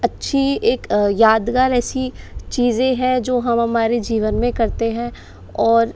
अच्छी एक यादगार ऐसी चीज़ें हैं जो हम हमारे जीवन में करते हैं और